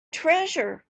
treasure